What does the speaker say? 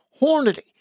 Hornady